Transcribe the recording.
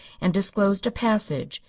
and disclosed a passage.